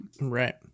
Right